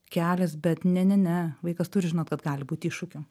kelias bet ne ne ne vaikas turi žinot kad gali būt iššūkių